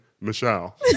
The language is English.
Michelle